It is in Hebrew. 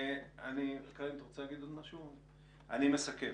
אני מסכם.